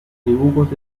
dibujos